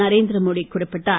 நரேந்திரமோடி குறிப்பிட்டார்